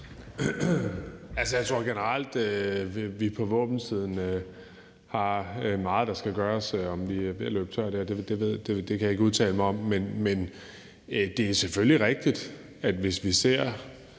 Jeg tror generelt, at vi på våbensiden har meget, der skal gøres. Om vi er ved at løbe tør der, kan jeg ikke udtale mig om. Det er selvfølgelig rigtigt, hvis vi ser